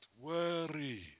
worry